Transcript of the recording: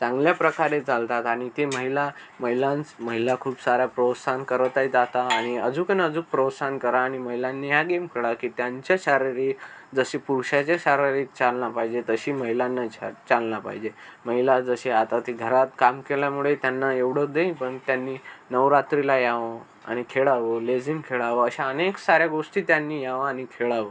चांगल्या प्रकारे चालतात आणि ते महिला महिलांस महिला खूप साऱ्या प्रोस्साहन करत आहेत आता आणि अजूकन अजूक प्रोस्साहन करा आणि महिलांनी हा गेम खेळा की त्यांच्या शारीरिक जसे पुरुषाच्या शारीरिक चालना पाहिजे तशी महिलांना चा चालना पाहिजे महिला जसे आता ती घरात काम केल्यामुळे त्यांना एवढं देई पण त्यांनी नवरात्रीला यावं आणि खेळावं लेझीम खेळावं अशा अनेक साऱ्या गोष्टी त्यांनी यावं आणि खेळावं